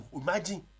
imagine